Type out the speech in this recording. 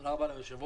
תודה רבה ליושב-ראש.